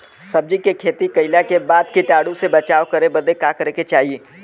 सब्जी के खेती कइला के बाद कीटाणु से बचाव करे बदे का करे के चाही?